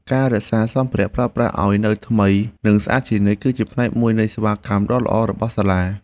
ការរក្សាសម្ភារៈប្រើប្រាស់ឱ្យនៅថ្មីនិងស្អាតជានិច្ចគឺជាផ្នែកមួយនៃសេវាកម្មដ៏ល្អរបស់សាលា។